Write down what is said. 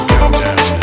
Countdown